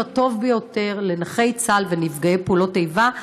הטוב ביותר לנכי צה"ל ונפגעי פעולות איבה.